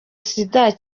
sida